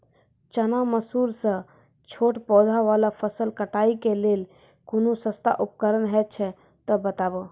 चना, मसूर सन छोट पौधा वाला फसल कटाई के लेल कूनू सस्ता उपकरण हे छै तऽ बताऊ?